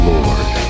Lord